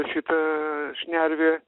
šitą šnervę